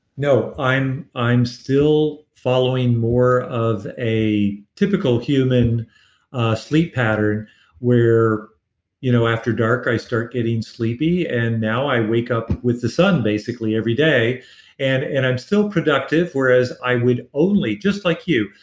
no. i'm i'm still following more of a typical human sleep pattern where you know after dark i start getting sleepy and now i wake up with the sun, basically every day and and i'm still productive whereas i would only, just like you,